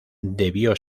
debió